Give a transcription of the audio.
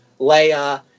Leia